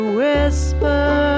whisper